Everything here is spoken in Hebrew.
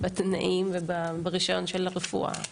מן הסתם, בתנאים וברישיון של הרפואה.